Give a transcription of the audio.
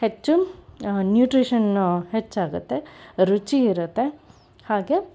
ಹೆಚ್ಚು ನ್ಯೂಟ್ರೀಶನ್ನು ಹೆಚ್ಚಾಗುತ್ತೆ ರುಚಿ ಇರುತ್ತೆ ಹಾಗೆ